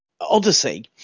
Odyssey